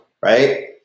right